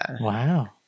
Wow